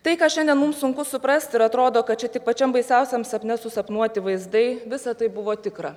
tai ką šiandien mums sunku suprasti ir atrodo kad čia tik pačiam baisiausiam sapne susapnuoti vaizdai visa tai buvo tikra